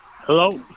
Hello